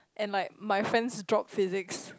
and like my friends drop physics